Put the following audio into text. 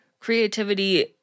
Creativity